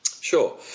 Sure